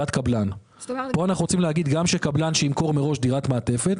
פה אנחנו רוצים להגיד שגם קבלן שימכור מראש דירת מעטפת,